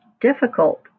difficult